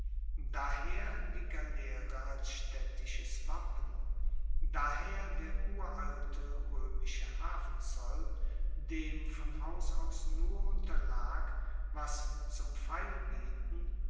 daher die galeere als staedtisches wappen daher der uralte roemische hafenzoll dem von haus aus nur unterlag was zum